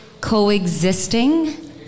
coexisting